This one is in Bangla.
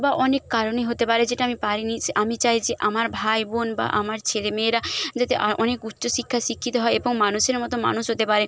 বা অনেক কারণই হতে পারে যেটা আমি পারিনি সে আমি চাই যে আমার ভাই বোন বা আমার ছেলে মেয়েরা যাতে অনেক উচ্চশিক্ষায় শিক্ষিত হয় এবং মানুষের মতো মানুষ হতে পারে